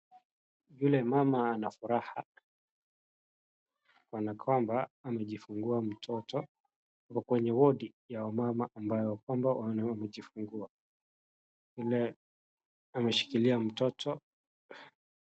Vile mama anafuraha kana kwamba amejifungua mtoto. Ako kwenye wodi ya wamama ambayo ya kwamba wamejifungua. Vile ameshikilia mtoto.